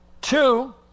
Two